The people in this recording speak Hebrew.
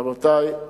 רבותי,